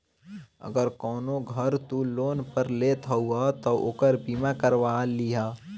अगर कवनो घर तू लोन पअ लेत हवअ तअ ओकर बीमा करवा लिहअ